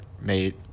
made